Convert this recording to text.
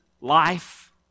life